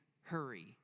hurry